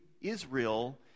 Israel